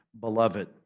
Beloved